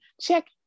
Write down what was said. Check